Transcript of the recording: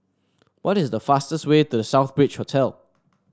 what is the fastest way to The Southbridge Hotel